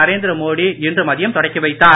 நரேந்திர மோடி இன்று மதியம் தொடக்கி வைத்தார்